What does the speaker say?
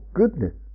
goodness